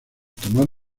tomar